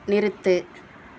நிறுத்து